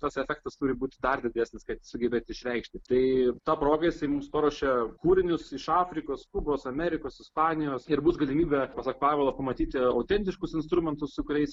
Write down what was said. tas efektas turi būt dar didesnis kad sugebėt išreikšti tai ta proga jisai mums paruošė kūrinius iš afrikos kubos amerikos ispanijos ir bus galimybė pasak pavelo pamatyti autentiškus instrumentus su kuriais